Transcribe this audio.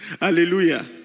hallelujah